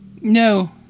No